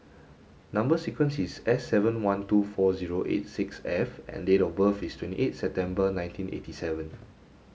number sequence is S seven one two four zero eight six F and date of birth is twenty eight September nineteen eighty seven